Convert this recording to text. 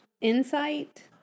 insight